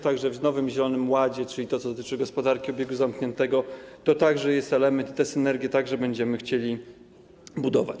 Także w nowym zielonym ładzie, czyli to, co dotyczy gospodarki obiegu zamkniętego, to także jest element i te synergię także będziemy chcieli budować.